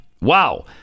Wow